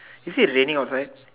is it raining outside